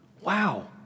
wow